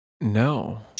No